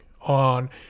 on